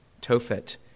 Tophet